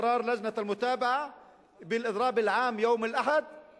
מפה אני רוצה לפנות לכלל הציבור במגזר הערבי בקריאה